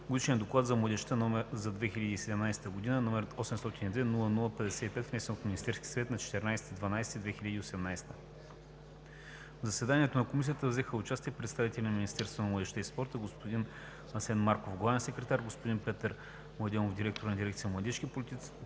Годишен доклад за младежта за 2017 г., № 802-00-55, внесен от Министерския съвет на 14 декември 2018 г. В заседанието на Комисията взеха участие представители на Министерството на младежта и спорта: господин Асен Марков – главен секретар, господин Петър Младенов – директор на дирекция „Младежки политики“,